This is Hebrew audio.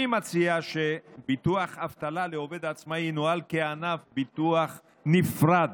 אני מציע שביטוח אבטלה לעובד עצמאי ינוהל כענף ביטוח נפרד